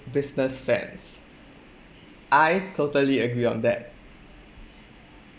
business sense I totally agree on that